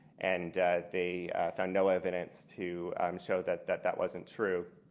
and they found no evidence to show that that that wasn't true.